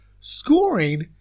scoring